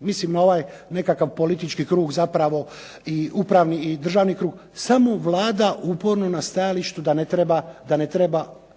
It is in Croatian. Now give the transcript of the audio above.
mislim na ovaj nekakav politički krug zapravo i upravni i državni krug, samo Vlada uporno na stajalištu da ne treba